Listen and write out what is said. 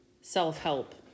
self-help